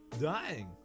Dying